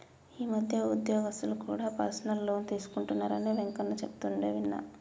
ఈ మధ్య ఉద్యోగస్తులు కూడా పర్సనల్ లోన్ తీసుకుంటున్నరని వెంకన్న చెబుతుంటే విన్నా